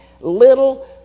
little